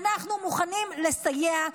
אנחנו מוכנים לסייע,